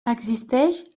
existeix